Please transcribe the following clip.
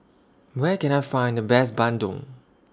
Where Can I Find The Best Bandung